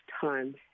time